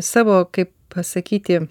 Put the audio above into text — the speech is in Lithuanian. savo kaip pasakyti